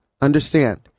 Understand